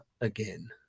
again